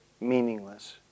meaningless